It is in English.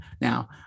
now